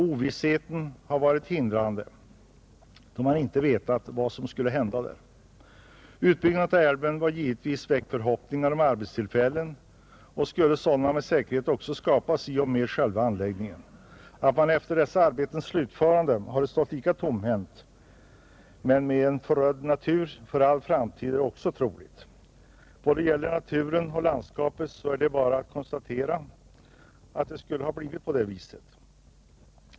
Ovissheten har varit hindrande, då man inte har vetat vad som skulle hända där uppe. Utbyggnaden av älven har givetvis väckt förhoppningar om arbetstillfällen, och sådana skulle också med säkerhet ha skapats vid själva anläggningen. Att man sedan efter dessa arbetens slutförande skulle ha stått lika tomhänt men med en för all framtid förödd natur är också troligt. Vad gäller naturen och landskapet är det bara att konstatera att det skulle ha blivit på det viset.